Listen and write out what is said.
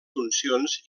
funcions